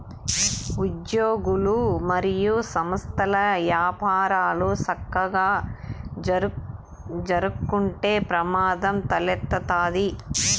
ఉజ్యోగులు, మరియు సంస్థల్ల యపారాలు సక్కగా జరక్కుంటే ప్రమాదం తలెత్తతాది